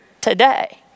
today